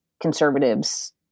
conservatives